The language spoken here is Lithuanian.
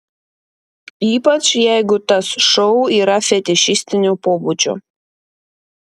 ypač jeigu tas šou yra fetišistinio pobūdžio